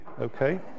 Okay